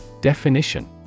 Definition